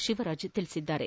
ಶಿವರಾಜ್ ತಿಳಿಸಿದ್ದಾರೆ